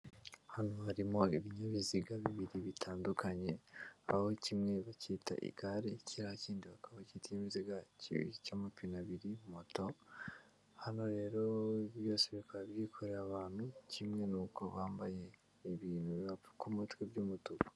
Hano harimo ibinyabiziga bibiri bitandukanye, aho kimwe bacyita igare, kiriya kindi bakaba bacyita ikinyabiziga cy'amapine abiri moto, hano rero byose bikaba byikoreye abantu, kimwe n'uko bambaye ibintu bibapfuka umutwe by'umutuku.